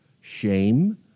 shame